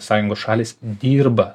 sąjungos šalys dirba